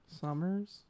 Summers